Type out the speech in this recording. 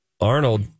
Arnold